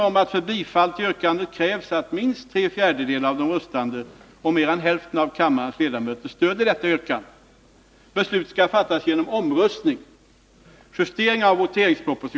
Om inte minst tre fjärdedelar av de röstande och mer än hälften av kammarens ledamöter röstar ja, har kammaren avslagit detta yrkande.